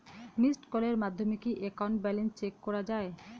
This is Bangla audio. মিসড্ কলের মাধ্যমে কি একাউন্ট ব্যালেন্স চেক করা যায়?